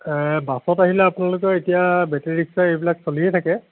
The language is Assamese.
বাছত আহিলে আপোনালোকৰ এতিয়া বেটেৰী ৰিক্সা এইবিলাক চলিয়ে থাকে